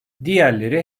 diğerleri